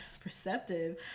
perceptive